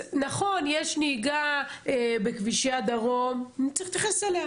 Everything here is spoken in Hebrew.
נכון שיש נהיגה עבריינית בכבישי הדרום וצריך להתייחס אליה,